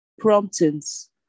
promptings